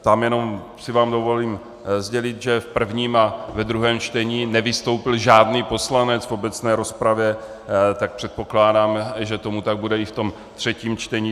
Tam jenom si vám dovolím sdělit, že v prvním a ve druhém čtení nevystoupil žádný poslanec v obecné rozpravě, tak předpokládám, že tomu tak bude i v tom třetím čtení.